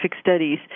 studies